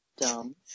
Dumb